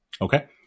Okay